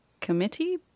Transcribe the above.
Committee